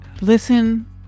listen